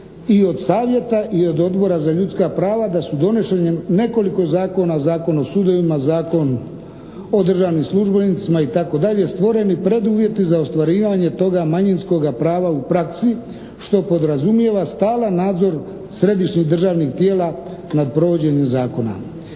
i od savjeta i od Odbora za ljudska prava da su donošenjem nekoliko zakona, Zakona o sudovima, Zakona o državnim službenicima itd. stvoreni preduvjeti za ostvarivanje toga manjinskoga prava u praksi što podrazumijeva stalan nadzor središnjih državnih tijela nad provođenjem zakona.